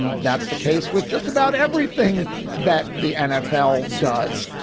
um that's the case with just about everything that the nfl does.